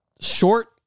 short